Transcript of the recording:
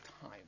time